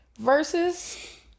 versus